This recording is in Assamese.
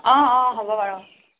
অ অ হ'ব বাৰু